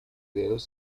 dedos